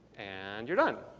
and you're done.